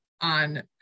on